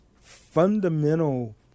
fundamental